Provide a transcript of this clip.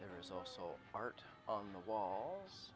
there is also art on the walls